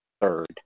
third